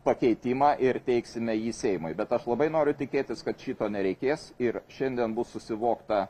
pakeitimą ir teiksime jį seimui bet aš labai noriu tikėtis kad šito nereikės ir šiandien bus susivokta